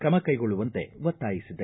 ಕ್ರಮ ಕೈಗೊಳ್ಳುವಂತೆ ಒತ್ತಾಯಿಸಿದೆ